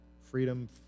freedom